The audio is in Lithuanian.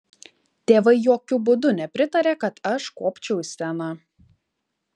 tėvai jokiu būdu nepritarė kad aš kopčiau į sceną